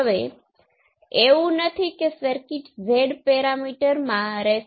તેથી V ભાંગ્યા Vi બરાબર k હશે